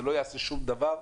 זה לא יעשה שום דבר,